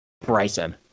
Bryson